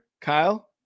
kyle